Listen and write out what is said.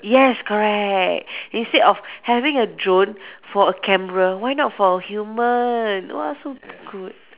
yes correct instead of having a drone for a camera why not for a human !wah! so good